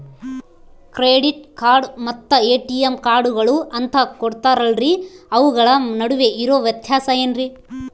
Credit card ಮತ್ತ ATM ಕಾರ್ಡುಗಳು ಅಂತಾ ಕೊಡುತ್ತಾರಲ್ರಿ ಅವುಗಳ ನಡುವೆ ಇರೋ ವ್ಯತ್ಯಾಸ ಏನ್ರಿ?